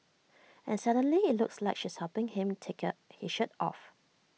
and suddenly IT looks like she's helping him take his shirt off